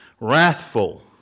wrathful